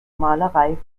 malerei